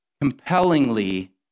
compellingly